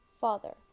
Father